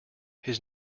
his